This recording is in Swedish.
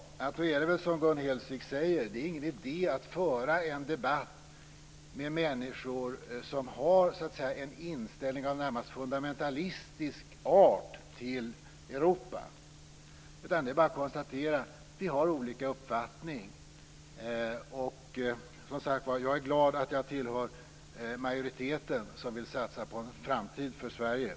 I så fall är det väl som Gun Hellsvik säger, nämligen att det inte är någon idé att föra en debatt med människor som har en inställning till Europa som närmast är av fundamentalistisk art. Det är bara att konstatera att vi har olika uppfattning. Jag är, som sagt, glad över att jag tillhör en majoritet som vill satsa på en framtid för Sverige.